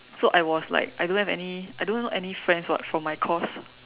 so I was like I don't have any I don't know any friends [what] from my course